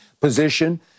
position